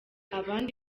abandi